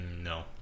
No